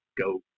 go